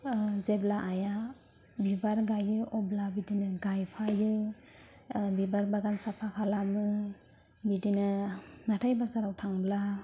जेब्ला आइया बिबार गायो अब्ला बिदिनो गाइफायो बिबार बागान साफा खालामो बिदिनो हाथाइ बाजाराव थांब्ला